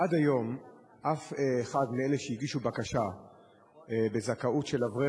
עד היום אף אחד מאלה שהגישו בקשה לזכאות של אברך